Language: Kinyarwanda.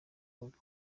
rugo